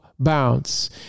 bounce